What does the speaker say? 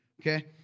Okay